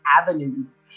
avenues